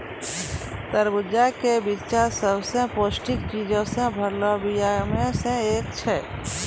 तरबूजा के बिच्चा सभ से पौष्टिक चीजो से भरलो बीया मे से एक छै